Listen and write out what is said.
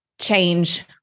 change